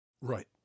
Right